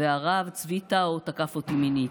והרב צבי טאו תקף אותי מינית.